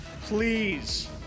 please